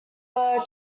were